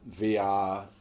VR